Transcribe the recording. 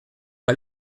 pas